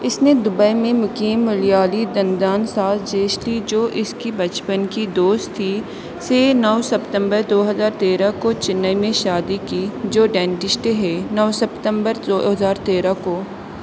اس نے دبئی میں مقیم ملیالی دندان ساز جیشٹی جو اس کی بچپن کی دوست تھی سے نو سپتمبر دو ہزار تیرہ کو چنئی میں شادی کی جو ڈینٹسٹ ہے نو سپتمبر جو دو ہزار تیرہ کو